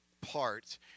parts